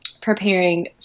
preparing